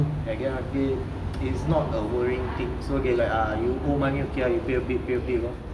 at the end of the day it's not a worrying thing so they like ah you owe money pay a bit pay a bit